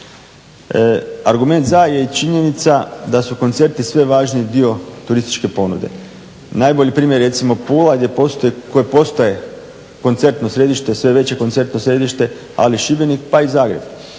Argument za je i činjenica da su koncerti sve važniji dio turističke ponude. Najbolji primjer je recimo Pula koja postaje koncertno središte sve veće koncertno središte ali i Šibenik pa i Zagreb.